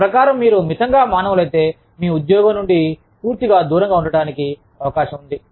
నా ప్రకారం మీరు మితంగా మానవులైతే మీ ఉద్యోగం నుండి పూర్తిగా దూరంగా ఉండటానికి అవకాశం ఉంది